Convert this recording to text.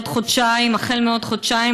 מעוד חודשיים,